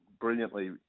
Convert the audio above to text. brilliantly